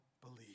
believe